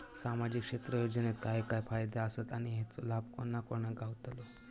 सामजिक क्षेत्र योजनेत काय काय फायदे आसत आणि हेचो लाभ कोणा कोणाक गावतलो?